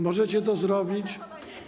Możecie to zrobić?